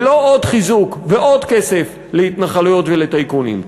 ולא עוד חיזוק ועוד כסף להתנחלויות ולטייקונים.